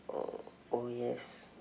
oh oh yes